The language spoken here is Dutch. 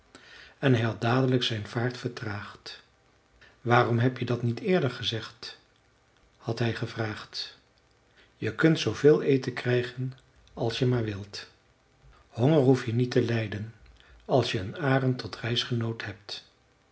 en hij had dadelijk zijn vaart vertraagd waarom heb je dat niet eerder gezegd had hij gevraagd je kunt zooveel eten krijgen als je maar wilt honger hoef je niet te lijden als je een arend tot reisgenoot hebt